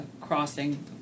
crossing